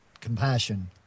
compassion